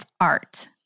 art